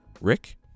Rick